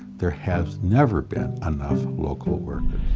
there has never been enough local workers.